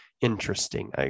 interesting